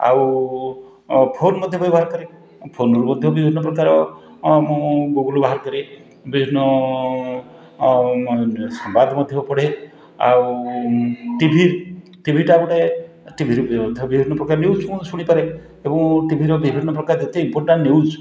ଆଉ ଓ ଫୋନ୍ ମଧ୍ୟ ବ୍ୟବହାର କରେ ଫୋନରୁ ମଧ୍ୟ ବିଭିନ୍ନପ୍ରକାର ମୁଁ ଗୁଗୁଲ ବାହାର କରେ ବିଭିନ୍ନ ଆଉ ସମ୍ବାଦ ମଧ୍ୟ ପଢ଼େ ଆଉ ଟି ଭି ଟିଭିଟା ଗୋଟେ ଟିଭିରେ ମଧ୍ୟ ବିଭିନ୍ନପ୍ରକାର ନ୍ୟୁଜ୍ ମୁଁ ଶୁଣିପାରେ ଏବଂ ଟିଭିର ବିଭିନ୍ନପ୍ରକାର ଏତେ ଇମ୍ପୋଟାଣ୍ଟ ନ୍ୟୁଜ୍